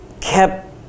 kept